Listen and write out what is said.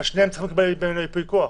אבל שניהם צריכים לקבל ייפוי כוח?